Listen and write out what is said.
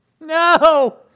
No